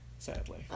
sadly